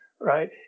right